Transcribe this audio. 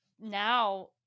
now